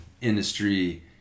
industry